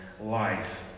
life